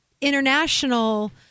international